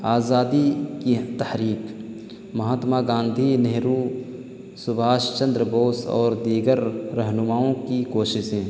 آزادی کی تحریک مہاتما گاندھی نہرو سبھاش چندر بوس اور دیگر رہنماؤں کی کوششیں